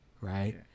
right